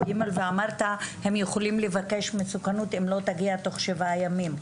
ו-(ג) ואמרת שהם יכולים לבקש מסוכנות אם לא תגיע תוך שבעה ימים.